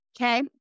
okay